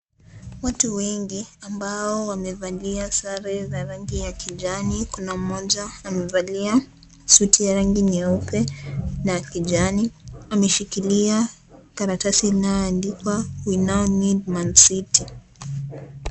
Watu wengi ambao wamevalia sare za rangi ya kijani. Kuna mmoja amevalia suti ya rangi nyeupe na kijani. Ameshikilia karatasi anayoandikwa, we now need Man City .